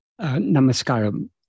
Namaskaram